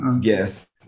Yes